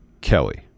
Kelly